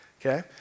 Okay